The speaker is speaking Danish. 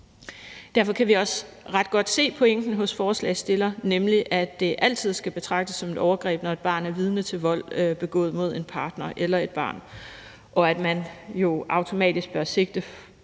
Derfor kan vi også ret godt se pointen hos forslagsstillerne, nemlig at det altid skal betragtes som et overgreb, når et barn er vidne til vold begået mod en partner eller et barn, og at man jo automatisk bør sigte